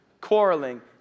quarreling